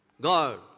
God